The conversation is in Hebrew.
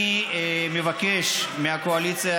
לכן, כבוד היושבת-ראש, אני מבקש מהקואליציה